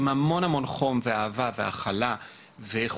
עם המון אהבה והכלה וכדומה,